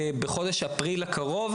בחודש אפריל הקרוב,